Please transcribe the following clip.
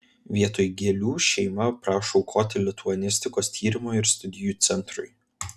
vietoj gėlių šeima prašo aukoti lituanistikos tyrimo ir studijų centrui